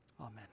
Amen